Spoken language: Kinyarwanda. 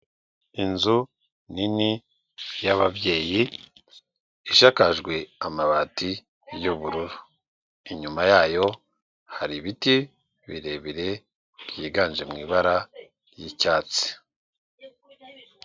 Inzu nini y'ababyeyi isakajwe amabati y'ubururu. Inyuma yayo hari ibiti birebire byiganje mu ibara ry'icyatsi.